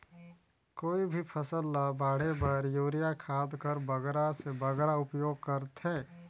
कोई भी फसल ल बाढ़े बर युरिया खाद कर बगरा से बगरा उपयोग कर थें?